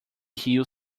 rio